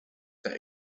that